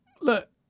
look